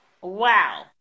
Wow